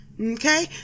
Okay